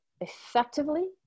effectively